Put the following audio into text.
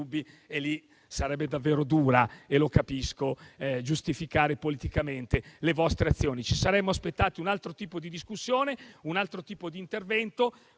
e sarebbe davvero duro - e lo capisco - giustificare politicamente le vostre azioni. Ci saremmo aspettati un altro tipo di discussione, un altro tipo di intervento,